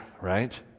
right